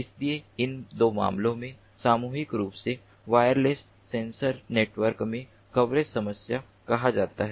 इसलिए इन दो मामलों को सामूहिक रूप से वायरलेस सेंसर नेटवर्क में कवरेज समस्या कहा जाता है